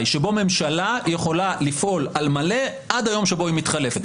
שבו ממשלה יכולה לפעול על מלא עד היום שבו היא מתחלפת.